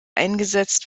eingesetzt